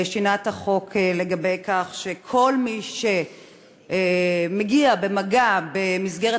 שינה את החוק בכך שכל מי שבא במגע במסגרת